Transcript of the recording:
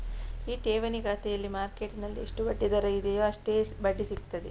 ಈ ಠೇವಣಿ ಖಾತೆನಲ್ಲಿ ಮಾರ್ಕೆಟ್ಟಿನಲ್ಲಿ ಎಷ್ಟು ಬಡ್ಡಿ ದರ ಇದೆಯೋ ಅಷ್ಟೇ ಬಡ್ಡಿ ಸಿಗ್ತದೆ